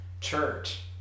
church